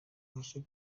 gace